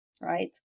right